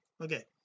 okay